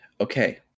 Okay